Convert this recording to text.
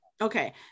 Okay